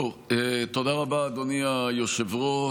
תודה רבה, אדוני היושב-ראש.